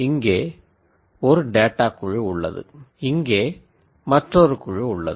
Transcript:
இங்கே ஒரு டேட்டா குழு உள்ளது இங்கே மற்றொரு குழு உள்ளது